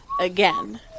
again